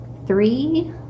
Three